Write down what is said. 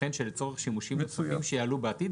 וייתכן שלצורך שימושים נוספים שיעלו בעתיד,